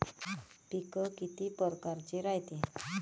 पिकं किती परकारचे रायते?